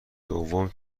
دوم